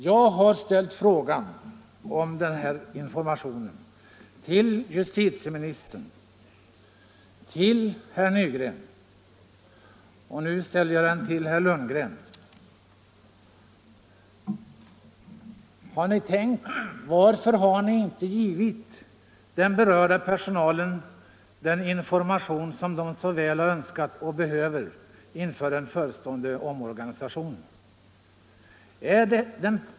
Jag har ställt frågan om informationen för personalen till justitieministern och till herr Nygren, och nu ställer jag den till herr Lundgren: Varför har ni inte givit berörd personal den information som man önskar och så väl behöver inför den förestående omorganisationen?